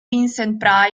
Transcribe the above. vincent